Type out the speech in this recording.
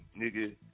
nigga